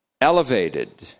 Elevated